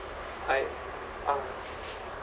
I uh